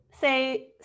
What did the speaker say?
say